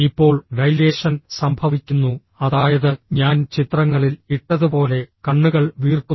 ഇപ്പോൾ ഡൈലേഷൻ സംഭവിക്കുന്നു അതായത് ഞാൻ ചിത്രങ്ങളിൽ ഇട്ടതുപോലെ കണ്ണുകൾ വീർക്കുന്നു